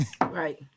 Right